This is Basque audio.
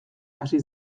hasi